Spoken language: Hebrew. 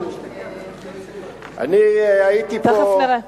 תיכף נראה.